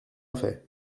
fait